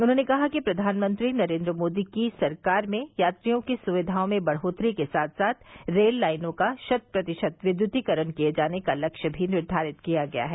उन्होंने कहा कि प्रधानमंत्री नरेन्द्र मोदी की सरकार में यात्रियों की सुविधाओं में बढ़ोत्तरी के साथ साथ रेल लाइनों का शत प्रतिशत विद्युतीकरण किये जाने का लक्ष्य भी निर्धारित किया गया है